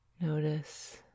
Notice